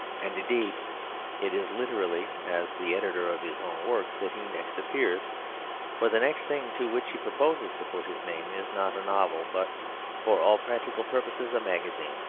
and indeed it is literally as the editor of his own works that he next appears for the next thing to which he proposes to put his name is not a novel, but for all practical purposes a magazine.